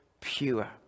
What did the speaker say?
pure